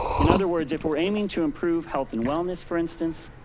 in other words, if we're aiming to improve health and wellness, for instance,